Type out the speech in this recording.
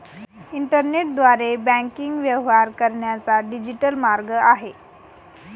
इंटरनेटद्वारे बँकिंग व्यवहार करण्याचा डिजिटल मार्ग आहे